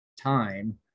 time